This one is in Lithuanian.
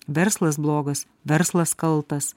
verslas blogas verslas kaltas